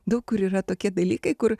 daug kur yra tokie dalykai kur